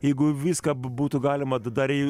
jeigu viską būtų galima daryti